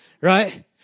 right